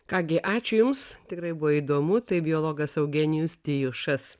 ką gi ačiū jums tikrai buvo įdomu tai biologas eugenijus tijušas